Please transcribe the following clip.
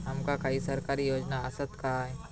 आमका काही सरकारी योजना आसत काय?